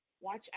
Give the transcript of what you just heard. watch